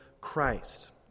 Christ